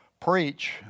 Preach